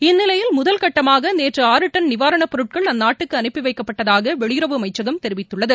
இந்நிலையில் முதல்கட்டமாக நேற்று ஆறு டன் நிவாரணப்பொருட்கள் அந்நாட்டுக்கு அனுப்பி வைக்கப்பட்டதாக வெளியுறவு அமைச்சகம் தெரிவித்துள்ளது